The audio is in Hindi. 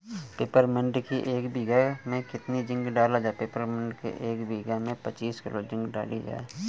पिपरमिंट की एक बीघा कितना जिंक डाला जाए?